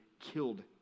killed